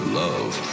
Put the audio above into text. love